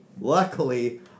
luckily